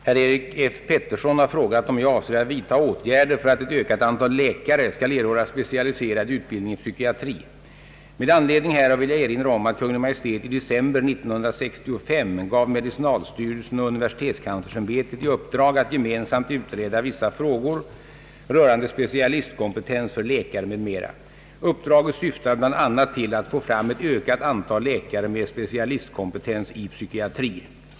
Herr talman! Herr Erik Filip Petersson har frågat, om jag avser att vidta åtgärder för att ett ökat antal läkare skall erhålla specialiserad utbildning i psykiatri. Med anledning härav vill jag erinra om att Kungl. Maj:t i december 1965 gav medicinalstyrelsen och universitetskanslersämbetet i uppdrag att gemensamt utreda vissa frågor rörande specialistkompetens för läkare m.m. Uppdraget syftar bl.a. till att få fram ett ökat antal läkare med specialistkompetens i psykiatri.